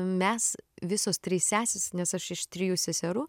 mes visos trys sesės nes aš iš trijų seserų